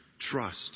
Trust